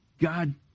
God